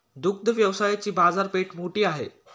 दुग्ध व्यवसायाची बाजारपेठ मोठी आहे